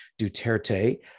Duterte